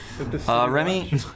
Remy